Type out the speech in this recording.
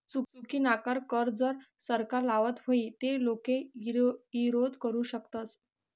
चुकीनाकर कर जर सरकार लावत व्हई ते लोके ईरोध करु शकतस